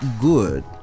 good